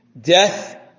Death